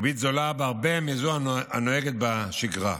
ריבית זולה בהרבה מזו הנוהגת בשגרה.